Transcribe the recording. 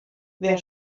wer